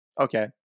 Okay